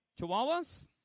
Chihuahuas